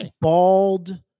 Bald